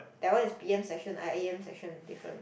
that one is p_m session I a_m session different